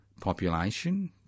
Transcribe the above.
population